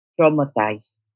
traumatized